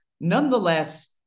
nonetheless